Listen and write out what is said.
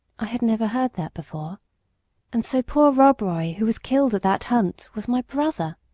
i had never heard that before and so poor rob roy who was killed at that hunt was my brother!